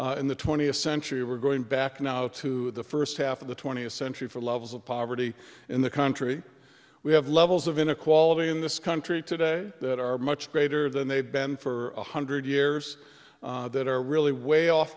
in the twentieth century we're going back now to the first half of the twentieth century for levels of poverty in the country we have levels of inequality in this country today that are much greater than they've been for one hundred years that are really way off